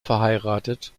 verheiratet